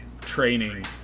training